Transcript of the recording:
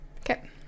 okay